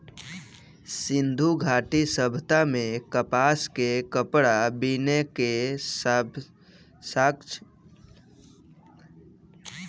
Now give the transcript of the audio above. सिंधु घाटी सभ्यता में कपास के कपड़ा बीने के साक्ष्य मिलल बा